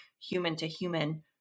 human-to-human